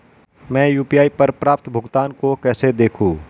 मैं यू.पी.आई पर प्राप्त भुगतान को कैसे देखूं?